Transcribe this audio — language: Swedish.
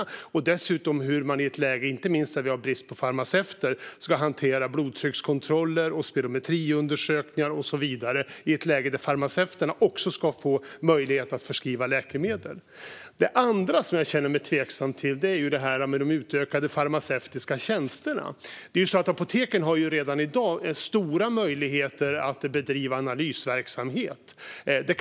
Jag undrar dessutom hur det i ett läge där vi har brist på farmaceuter ska gå till att farmaceuterna ska hantera blodtryckskontroller, spirometriundersökningar och så vidare och få möjlighet att förskriva läkemedel. Det andra jag känner mig tveksam till gäller de utökade farmaceutiska tjänsterna. Apoteken har ju redan i dag stora möjligheter att bedriva analysverksamhet.